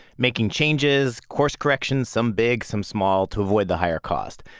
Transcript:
making changes, course corrections some big, some small to avoid the higher cost.